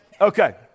Okay